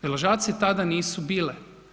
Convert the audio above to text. Deložacije tada nisu bile.